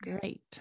great